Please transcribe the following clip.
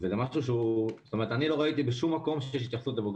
לא ראיתי בשום מקום שיש התייחסות לבוגרי